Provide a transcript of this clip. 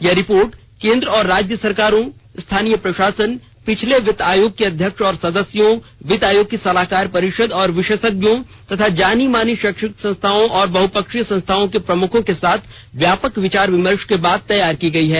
यह रिपोर्ट केंद्र और राज्य सरकारों स्थानीय प्रशासन पिछले वित्त आयोगों के अध्यक्ष और सदस्यों वित्त आयोग की सलाहकार परिषद और विशेषज्ञों तथा जानी मानी शैक्षिक संस्थाओं और बहुपक्षीय संस्थाओं के प्रमुखों के साथ व्यापक विचार विमर्श के बाद तैयार की गई है